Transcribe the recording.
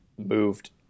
moved